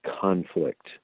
conflict